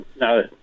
no